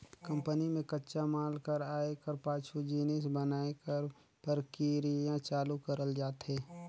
company में कच्चा माल कर आए कर पाछू जिनिस बनाए कर परकिरिया चालू करल जाथे